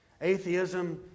Atheism